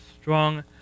strong